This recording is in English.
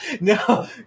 No